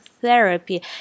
therapy